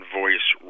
voice